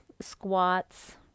squats